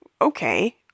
okay